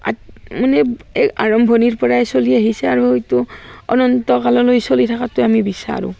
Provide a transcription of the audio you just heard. আত মানে এই আৰম্ভণিৰ পৰাই চলি আহিছে আৰু এইটো অনন্ত কাললৈ চলি থকাটোৱে আমি বিচাৰোঁ